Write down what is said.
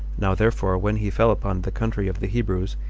now therefore when he fell upon the country of the hebrews,